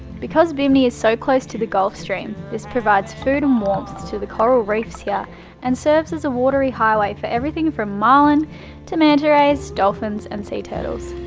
because bimini is so close to the gulf stream, this provides food and warmth to the coral reefs here and serves as a watery highway for everything from marlin to manta rays, dolphins and sea turtles.